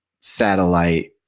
satellite